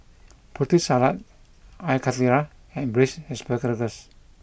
Putri Salad Air Karthira and Braised Ssparagus